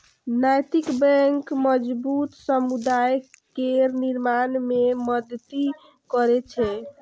नैतिक बैंक मजबूत समुदाय केर निर्माण मे मदति करै छै